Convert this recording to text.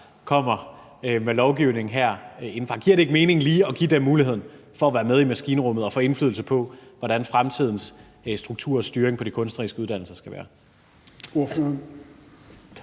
kommer med lovgivning herindefra? Giver det ikke mening lige at give dem muligheden for at være med i maskinrummet og få indflydelse på, hvordan fremtidens strukturer og styring på de kunstneriske uddannelser skal være? Kl.